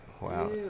wow